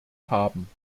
haben